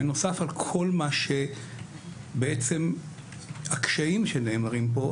בנוסף על כל הקשיים שנאמרים פה,